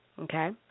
okay